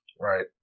Right